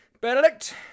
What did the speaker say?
Benedict